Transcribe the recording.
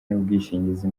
n’ubwishingizi